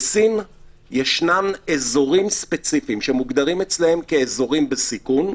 בסין ישנם אזורים ספציפיים שמוגדרים אצלם כאזורים בסיכון,